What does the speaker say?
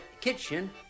kitchen